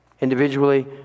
Individually